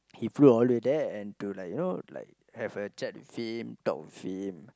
he flew all to there and to like you know like have a chat with him talk with him